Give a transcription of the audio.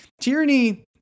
tyranny